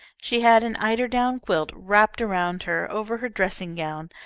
she had an eiderdown quilt wrapped around her over her dressing-gown.